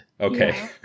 Okay